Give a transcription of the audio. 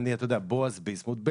בועז ביסמוט,